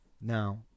now